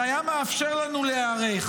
זה היה מאפשר לנו להיערך.